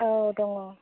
औ दङ